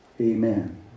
amen